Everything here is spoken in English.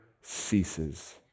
ceases